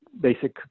basic